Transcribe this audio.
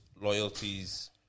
loyalties